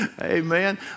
Amen